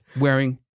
wearing